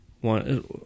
one